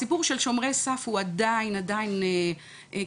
הסיפור של 'שומרי סף' הוא עדיין עדיין קטן,